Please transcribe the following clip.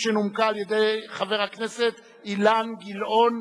שנומקה על-ידי חבר הכנסת אילן גילאון,